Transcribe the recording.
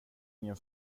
ingen